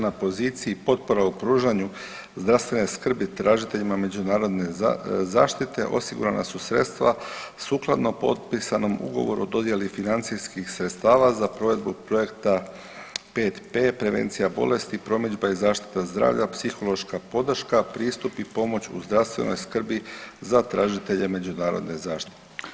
Na poziciji potpora u pružanju zdravstvene skrbi tražiteljima međunarodne zaštite osigurana su sredstva sukladno potpisanom ugovoru o dodjeli financijskih sredstava za provedbu projekte 5P, prevencija bolesti, promidžba i zaštita zdravlja, psihološka podrška, pristup i pomoć u zdravstvenoj skrbi za tražitelje međunarodne zaštite.